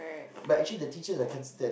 but actually the teachers I can't stand